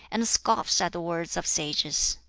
and scoffs at the words of sages.